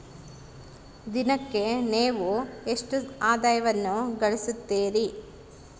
ದಿನಕ್ಕೆ ನೇವು ಎಷ್ಟು ಆದಾಯವನ್ನು ಗಳಿಸುತ್ತೇರಿ?